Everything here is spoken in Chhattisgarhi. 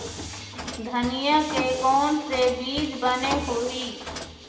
धनिया के कोन से बीज बने होही?